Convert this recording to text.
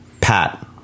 Pat